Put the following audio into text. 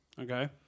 Okay